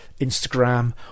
Instagram